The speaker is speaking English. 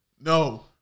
no